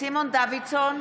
סימון דוידסון,